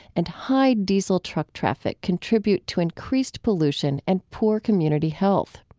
and high diesel truck traffic contribute to increased pollution and poor community health.